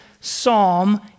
psalm